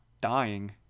dying